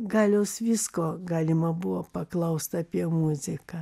galiaus visko galima buvo paklaust apie muziką